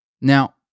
Now